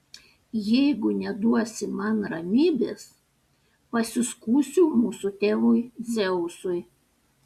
jeigu neduosi man ramybės pasiskųsiu mūsų tėvui dzeusui